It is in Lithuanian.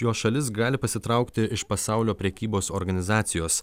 jo šalis gali pasitraukti iš pasaulio prekybos organizacijos